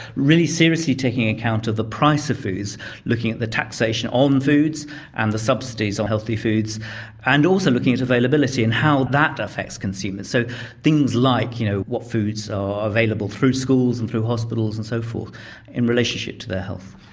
really seriously taking into account the price of foods looking at the taxation on foods and the subsidies on healthy foods and also looking at availability and how that affects consumers. so things like you know what foods are available through schools, through hospitals and so forth in relationship to their health.